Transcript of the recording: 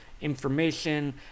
information